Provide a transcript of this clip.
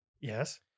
Yes